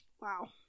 Wow